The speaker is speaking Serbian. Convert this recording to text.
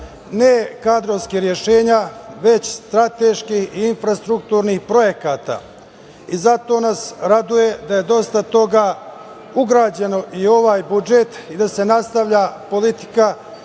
ne kadrovskih rešenja, već strateških i infrastrukturnih projekata. Zato nas raduje da je dosta toga urađeno i u ovaj budžet i da se nastavlja politika